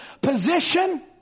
position